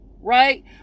right